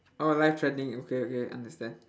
orh life threatening okay okay understand